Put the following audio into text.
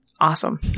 Awesome